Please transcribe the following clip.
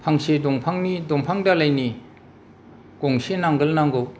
फांसे दंफांनि दंफां दालाइनि गंसे नांगोल नांगौ